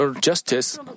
justice